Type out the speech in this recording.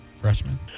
Freshman